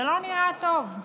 זה לא נראה טוב.